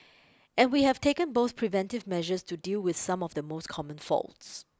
and we have taken both preventive measures to deal with some of the most common faults